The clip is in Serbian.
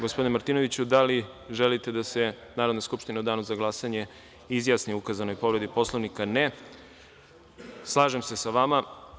Gospodine Martinoviću, da li želite da se Skupština u danu za glasanje izjasni o ukazanoj povredi Poslovnika? (Ne.) Slažem se sa vama.